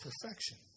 perfection